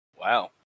Wow